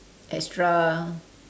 extra